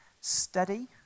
steady